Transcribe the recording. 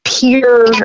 peer